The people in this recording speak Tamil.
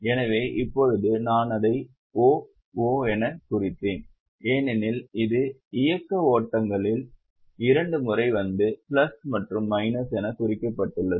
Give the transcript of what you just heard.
எனவே இப்போது நான் அதை O O எனக் குறித்தேன் ஏனெனில் இது இயக்க ஓட்டங்களில் இரண்டு முறை வந்து பிளஸ் மற்றும் மைனஸ் எனக் குறிக்கப்பட்டுள்ளது